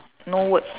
no words